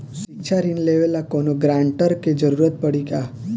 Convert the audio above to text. शिक्षा ऋण लेवेला कौनों गारंटर के जरुरत पड़ी का?